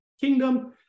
kingdom